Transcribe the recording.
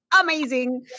amazing